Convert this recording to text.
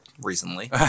Recently